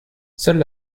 seule